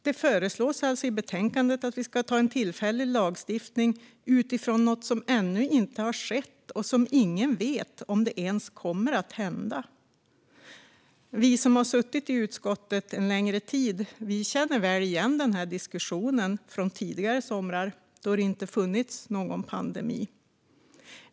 Det föreslås i betänkandet att vi ska anta en tillfällig lagstiftning utifrån något som ännu inte har skett och som ingen vet ens kommer att hända. Vi som har suttit i utskottet en längre tid känner väl igen denna diskussion från tidigare somrar, då det inte funnits någon pandemi.